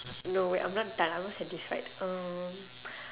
no wait I'm not done I'm not satisfied um